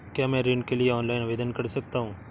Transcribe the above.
क्या मैं ऋण के लिए ऑनलाइन आवेदन कर सकता हूँ?